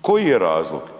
Koji je razlog